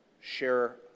share